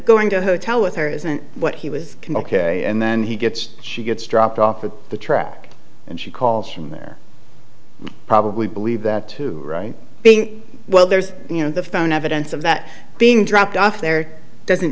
going to hotel with her isn't what he was can ok and then he gets she gets dropped off at the track and she calls from there probably believe that to right being well there's you know the phone evidence of that being dropped off there doesn't